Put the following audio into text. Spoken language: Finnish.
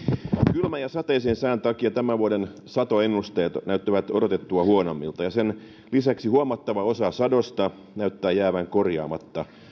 kylmän ja sateisen sään takia tämän vuoden satoennusteet näyttävät odotettua huonommilta ja sen lisäksi huomattava osa sadosta näyttää jäävän korjaamatta